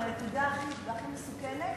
מהנקודה הכי מסוכנת.